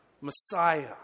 Messiah